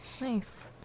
Nice